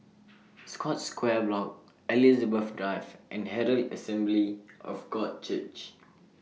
Scotts Square Block Elizabeth Drive and Herald Assembly of God Church